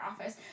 office